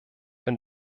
wenn